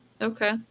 Okay